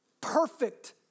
perfect